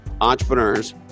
entrepreneurs